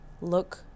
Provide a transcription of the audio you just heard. Look